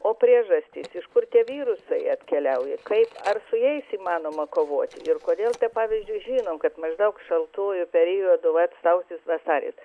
o priežastys iš kur tie virusai atkeliauja kaip ar su jais įmanoma kovoti ir kodėl pavyzdžiui žinom kad maždaug šaltuoju periodu vat sausis vasaris